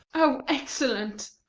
o excellent!